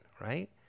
right